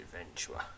adventurer